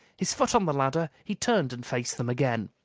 his foot on the ladder, he turned and faced them again.